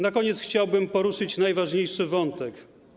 Na koniec chciałbym poruszyć najważniejszy wątek.